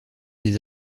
des